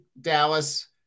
Dallas